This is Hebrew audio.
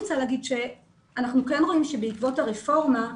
אנחנו כן רואים שבעקבות הרפורמה,